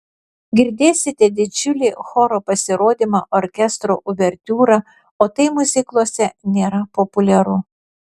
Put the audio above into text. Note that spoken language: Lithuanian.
girdėsite didžiulį choro pasirodymą orkestro uvertiūrą o tai miuzikluose nėra populiaru